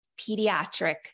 pediatric